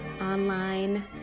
online